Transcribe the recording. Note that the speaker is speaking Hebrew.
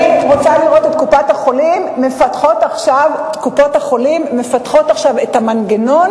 אני רוצה לראות את קופות-החולים מפתחות עכשיו את המנגנון